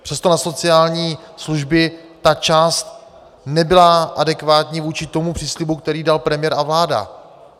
Přesto na sociální služby ta část nebyla adekvátní vůči příslibu, který dal premiér a vláda.